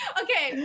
okay